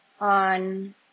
on